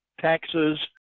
taxes